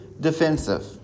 defensive